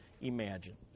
imagine